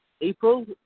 April